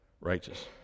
righteous